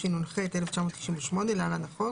התשנ"ח-1998 (להלן החוק),